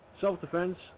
self-defense